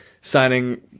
signing